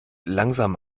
langsam